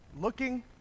looking